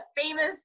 famous